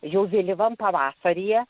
jau vėlyvam pavasaryje